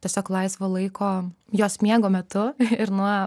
tiesiog laisvo laiko jos miego metu ir nuo